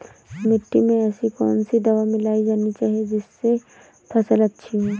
मिट्टी में ऐसी कौन सी दवा मिलाई जानी चाहिए जिससे फसल अच्छी हो?